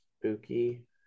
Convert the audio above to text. Spooky